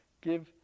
give